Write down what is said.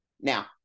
Now